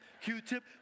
Q-tip